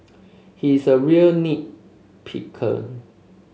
he is a real nit picker